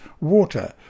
water